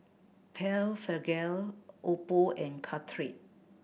Blephagel Oppo and Caltrate